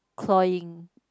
cloying